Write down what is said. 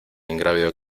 ingrávido